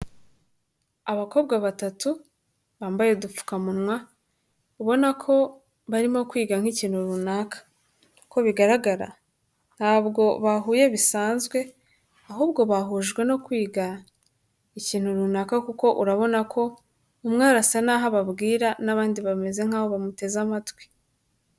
Abakobwa batatu bambaye udupfukamunwa ubona ko barimo kwiga nk'kintu runaka, uko bigaragara ntabwo bahuye bisanzwe ahubwo bahujwe no kwiga ikintu runaka kuko urabona ko umwe arasa naho ababwira n'abandi bameze nkaho bamuteze amatwi.